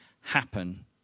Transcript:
happen